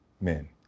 men